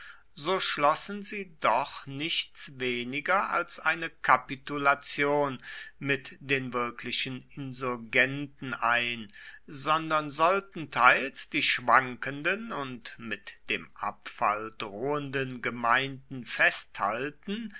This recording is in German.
so schlossen sie doch nichts weniger als eine kapitulation mit den wirklichen insurgenten ein sondern sollten teils die schwankenden und mit dem abfall drohenden gemeinden festhalten